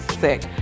sick